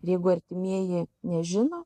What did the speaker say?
jeigu artimieji nežino